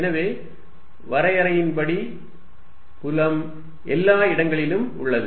எனவே வரையறையின்படி புலம் எல்லா இடங்களிலும் உள்ளது